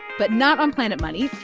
but not on planet money.